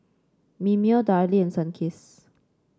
Mimeo Darlie and Sunkist